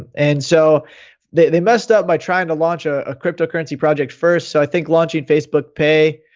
and so they they invest up by trying to launch ah a cryptocurrency project first. so i think launching facebook pay,